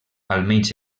almenys